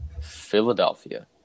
Philadelphia